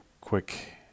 quick